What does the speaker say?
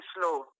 slow